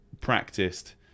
practiced